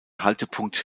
haltepunkt